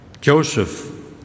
Joseph